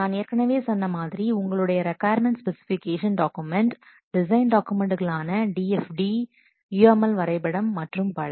நான் ஏற்கனவே சொன்ன மாதிரி உங்களுடைய ரிக்கொயர்மென்ட் ஸ்பெசிஃபிகேஷன் டாக்குமெண்ட் டிசைன் டாக்குமெண்ட்களான DFDs UML வரைபடம் மற்றும் பல